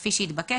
כפי שהתבקש.